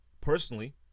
personally